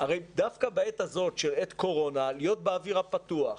דווקא בעת הזאת, עת קורונה, להיות באוויר הפתוח.